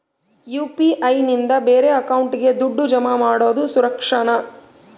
UPI ನಿಂದ ಬೇರೆ ಅಕೌಂಟಿಗೆ ದುಡ್ಡು ಜಮಾ ಮಾಡೋದು ಸುರಕ್ಷಾನಾ?